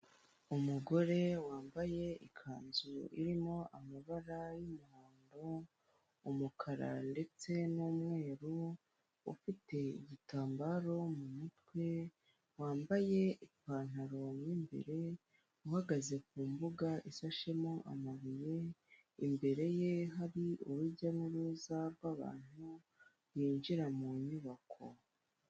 Umugore wambaye ikanzu irimo amabara y'umuhondo, umukara ndetse n'umweru, ufite igitambaro mu mutwe, wambaye ipantaro mo imbere, uhagaze ku mbuga isashemo amabuye, imbere ye hari urujya n'uruza rw'abantu binjira mu nyubako.